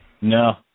No